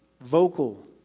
vocal